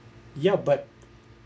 yeah but